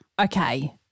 Okay